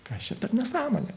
kas čia per nesąmonė